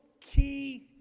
key